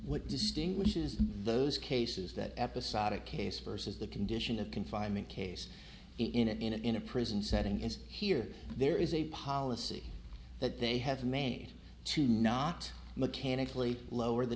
what distinguishes those cases that episodic case versus the condition of confinement case in a in a in a prison setting is here there is a policy that they have made to not mechanically lower the